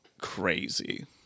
crazy